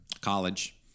college